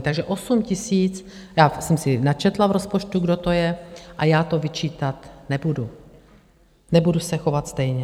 Takže osm tisíc, já jsem si i načetla v rozpočtu, kdo to je, a já to vyčítat nebudu, nebudu se chovat stejně.